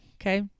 Okay